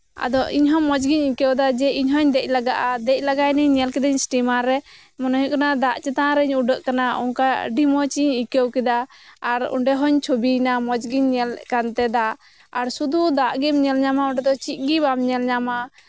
ᱟᱫᱚ ᱤᱧ ᱦᱚᱸ ᱢᱚᱸᱡ ᱜᱤᱧ ᱟᱹᱭᱠᱟᱹᱣᱫᱟ ᱡᱮ ᱤᱧ ᱦᱚᱸᱧ ᱫᱚᱡ ᱞᱮᱜᱟᱜᱼᱟ ᱫᱮᱡ ᱞᱮᱜᱟᱭᱱᱤᱧ ᱧᱮᱞ ᱠᱤᱫᱟᱹᱧ ᱥᱴᱤᱢᱟᱨ ᱨᱮ ᱢᱚᱱᱮ ᱦᱩᱭᱩᱜ ᱠᱟᱱᱟ ᱫᱟᱜ ᱪᱮᱛᱟᱱ ᱨᱤᱧ ᱩᱰᱟᱹᱜ ᱠᱟᱱᱟ ᱚᱝᱠᱟ ᱟᱰᱤ ᱢᱚᱸᱡᱤᱧ ᱟᱹᱭᱠᱟᱹᱣ ᱠᱮᱫᱟ ᱟᱨ ᱚᱸᱰᱮ ᱦᱩᱸᱧ ᱪᱷᱚᱵᱤᱭᱱᱟ ᱢᱚᱸᱡᱜᱤᱧ ᱧᱮᱞᱮᱫ ᱠᱟᱱᱛᱮ ᱫᱟᱜ ᱟᱨ ᱥᱩᱫᱩ ᱫᱟᱜ ᱜᱮᱢ ᱧᱮᱞ ᱧᱟᱢᱟ ᱚᱸᱰᱮ ᱫᱚ ᱪᱮᱫ ᱜᱮ ᱵᱟᱢ ᱧᱮᱞᱼᱧᱟᱢᱟ